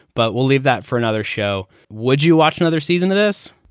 but we'll leave that for another show. would you watch another season of this?